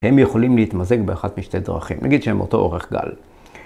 הם יכולים להתמזג באחת משתי דרכים, נגיד שהם אותו אורך גל...